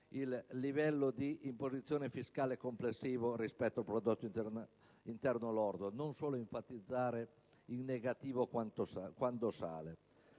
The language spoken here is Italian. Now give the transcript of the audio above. il livello di imposizione fiscale complessivo rispetto al prodotto interno lordo, e non solo enfatizzare in negativo quando sale.